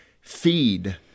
feed